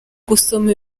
gusoma